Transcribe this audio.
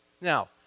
Now